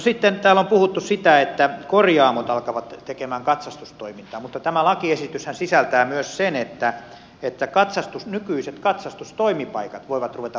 sitten täällä on puhuttu siitä että korjaamot alkavat tekemään katsastustoimintaa mutta tämä lakiesityshän sisältää myös sen että nykyiset katsastustoimipaikat voivat ruveta harjoittamaan korjaamotoimintaa